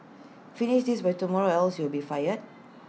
finish this by tomorrow or else you'll be fired